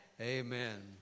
Amen